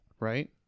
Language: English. Right